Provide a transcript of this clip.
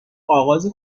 آغاز